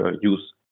use